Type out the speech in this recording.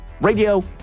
radio